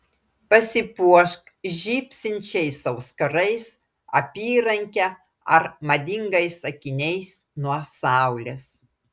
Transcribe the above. pasipuošk žybsinčiais auskarais apyranke ar madingais akiniais nuo saulės